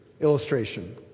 illustration